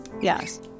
Yes